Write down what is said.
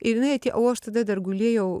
ir jinai atėj o aš tada dar gulėjau